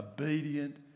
obedient